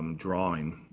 drawing,